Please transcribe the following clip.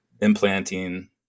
implanting